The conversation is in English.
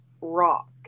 rock